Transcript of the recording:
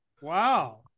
Wow